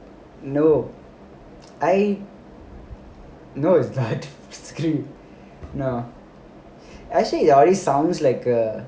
no I no is that screw you no actually you are already sounds like a